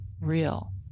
real